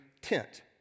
tent